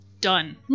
Done